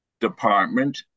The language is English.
Department